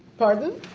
pardon?